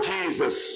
Jesus